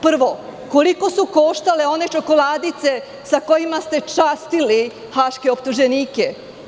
Prvo, koliko su koštale one čokoladice sa kojima ste častili haške optuženike?